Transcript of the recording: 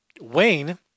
Wayne